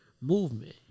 movement